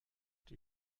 die